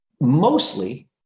mostly